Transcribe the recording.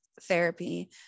therapy